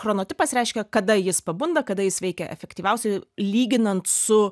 chronotipas reiškia kada jis pabunda kada jis veikia efektyviausiai lyginant su